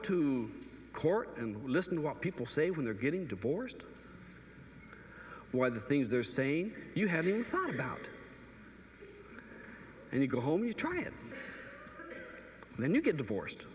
to court and listen to what people say when they're getting divorced why the things they're saying you have you thought about and you go home you try it then you get divorced